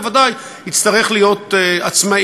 בוודאי ובוודאי יצטרך להיות עצמאי,